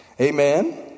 Amen